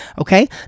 Okay